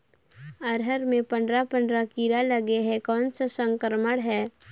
अरहर मे पंडरा पंडरा कीरा लगे हे कौन सा संक्रमण हे?